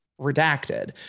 redacted